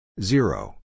zero